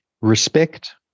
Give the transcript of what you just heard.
Respect